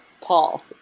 Paul